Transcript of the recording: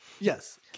yes